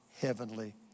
heavenly